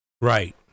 Right